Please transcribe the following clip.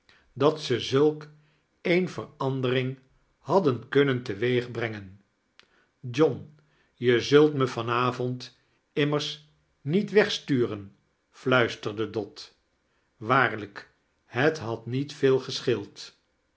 dat ze zulk een verandering hadden kunnen teweeg brengein john je znlt mei van avond immers niet wegsturen f luisterde dot waarlijk het had niet veel gescheeld